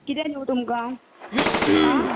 किदें दिंव तुमकां आ